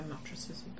mattresses